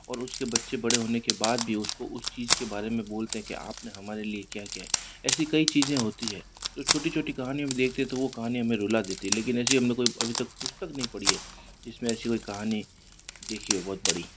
और उसके बच्चे बड़े होने के बाद भी उसको उस चीज़ के बारे में बोलते क्या आपने हमारे लिए क्या किया है ऐसी कई चीज़ें होती है जो छोटी छोटी कहानी भी देखतें हैं तो वह कहानी में रुला देती है लेकिन ऐसी हमने कोई अभी तक पुस्तक नहीं पढ़ी है जिसमें ऐसी कोई कहानी देखी हो बहुत बड़ी